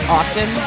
often